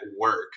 work